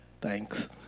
thanks